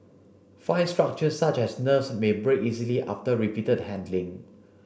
fine structures such as nerves may break easily after repeated handling